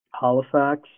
halifax